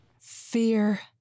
fear